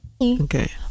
okay